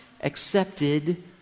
accepted